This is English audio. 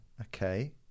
Okay